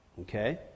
okay